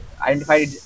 identified